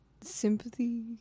sympathy